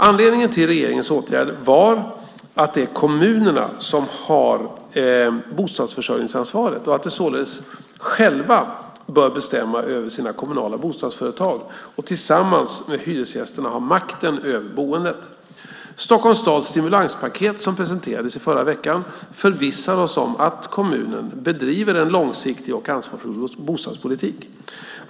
Anledningen till regeringens åtgärd var att det är kommunerna som har bostadsförsörjningsansvaret och att de således själva bör bestämma över sina kommunala bostadsföretag och tillsammans med hyresgästerna ha makten över boendet. Stockholms stads stimulanspaket som presenterades förra veckan förvissar oss om att kommunen bedriver en långsiktig och ansvarsfull bostadspolitik.